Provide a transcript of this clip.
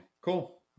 Cool